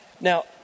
Now